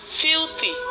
filthy